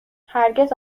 هرگز